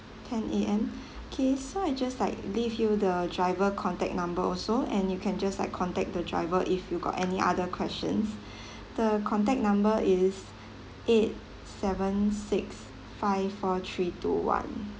ten A_M okay so I just like leave you the driver contact number also and you can just like contact the driver if you got any other questions the contact number is eight seven six five four three two one